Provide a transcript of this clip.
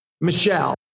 Michelle